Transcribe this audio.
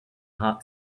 hot